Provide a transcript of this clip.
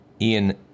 Ian